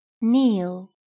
Kneel